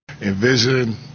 Envision